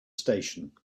station